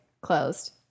closed